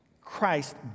Christ